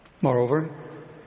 Moreover